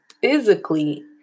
physically